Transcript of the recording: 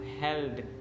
held